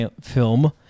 film